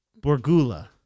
Borgula